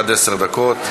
עד עשר דקות.